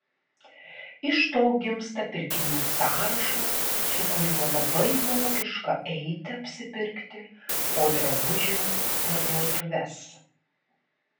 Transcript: iš to gimsta pirkinių sąrašas su kuriuo labai logiška eiti apsipirkti po drabužių parduotuves